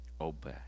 obey